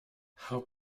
how